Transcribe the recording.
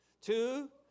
two